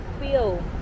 feel